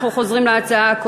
אנחנו חוזרים להצעה,